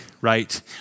right